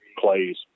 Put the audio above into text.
plays